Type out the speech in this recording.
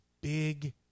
big